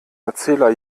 erzähler